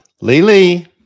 Lily